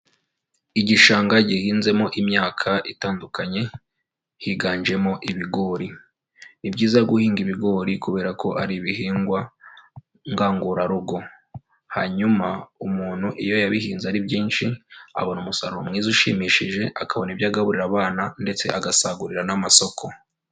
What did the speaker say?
Igishanga gihinzemo imyaka itandukanye, higanjemo ibigori, ni byiza guhinga ibigori kubera ko ari ibihingwa ngangurarugo, hanyuma umuntu iyo yabihinze ari byinshi abona umusaruro mwiza ushimishije, akabona ibyo agaburira abana, ndetse agasagurira n'amasoko.